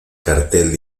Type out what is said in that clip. cartel